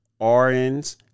RNs